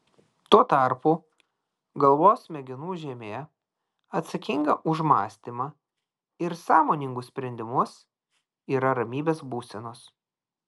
tuo tarpu galvos smegenų žievė atsakinga už mąstymą ir sąmoningus sprendimus yra ramybės būsenos